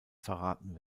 verraten